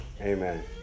Amen